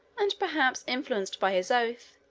and perhaps influenced by his oath,